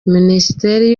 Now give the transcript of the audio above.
minisiteri